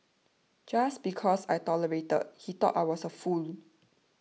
just because I tolerated he thought I was a fool